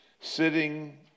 sitting